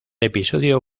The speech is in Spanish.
episodio